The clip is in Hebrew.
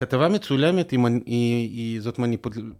כתבה מצולמת היא ... זאת ... מניפול...